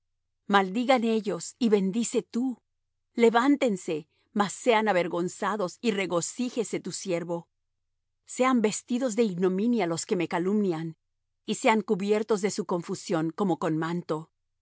maldigan ellos y bendice tú levántense mas sean avergonzados y regocíjese tu siervo sean vestidos de ignominia los que me calumnian y sean cubiertos de su confusión como con manto